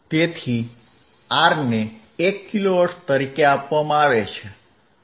તેથી R ને 1 kilohertz તરીકે આપવામાં આવે છે